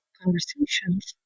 conversations